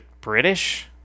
British